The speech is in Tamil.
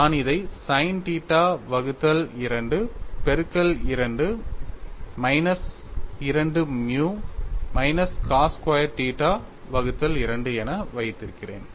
நான் இதை sin θ 2 பெருக்கல் 2 minus 2 mu minus cos square θ 2 என வைத்திருக்கிறேன்